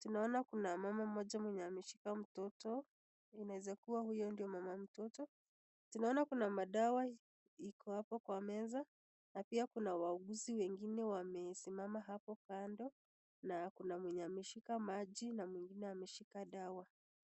tunaona kuna mama moja ameshika mtoto inaweza kuwa huyo ndiye mama mtoto. Tunaona kuna madawa iko hapo kwa meza na pia kuna wauguzi wengine wamesimama hapo kando na kuna mwenye ameshika maji na mwingine ameshika dawa.